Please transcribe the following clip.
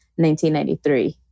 1993